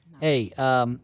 Hey –